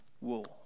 wool